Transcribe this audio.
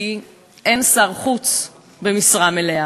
כי אין שר חוץ במשרה מלאה.